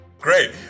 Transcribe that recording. Great